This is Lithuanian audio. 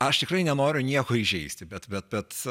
aš tikrai nenoriu nieko įžeisti bet bet bet